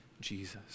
Jesus